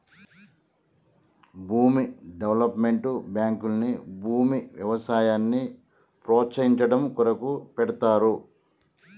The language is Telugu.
భూమి డెవలప్మెంట్ బాంకుల్ని భూమి వ్యవసాయాన్ని ప్రోస్తయించడం కొరకు పెడ్తారు